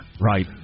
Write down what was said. Right